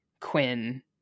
Quinn